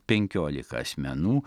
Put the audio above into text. penkiolika asmenų